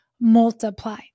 multiply